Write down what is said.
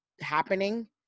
happening